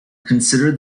consider